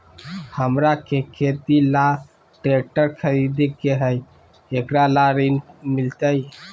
हमरा के खेती ला ट्रैक्टर खरीदे के हई, एकरा ला ऋण मिलतई?